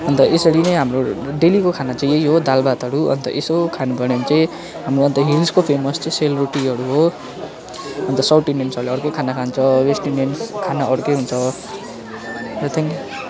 अन्त यसरी नै हाम्रो डेलीको खाना चाहिँ यही हो दाल भातहरू अन्त यसो खानु पऱ्यो भने चाहिँ हाम्रो अन्त हिल्सको फेमस चाहिँ सेलरोटीहरू हो अन्त साउथ इन्डियन्सहरूले अर्कै खाना खान्छ वेस्ट इन्डियन्स खाना अर्कै हुन्छ नथिङ